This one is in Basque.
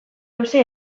luze